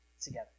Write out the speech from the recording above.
together